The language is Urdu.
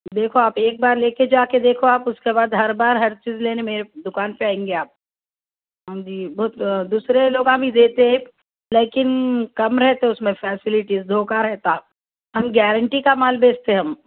دیکھو آپ ایک بار لے کے جا کے دیکھو آپ اس کے بعد ہر بار ہر چیز لینے میرے دکان پہ آئیں گے آپ ہم بھی بہت دوسرے لوگ بھی دیتے لیکن کم رہتے اس میں فیسلیٹیز دھوکہ رہتا ہم گارنٹی کا مال بیچتے ہم